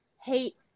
hate